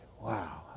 Wow